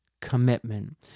commitment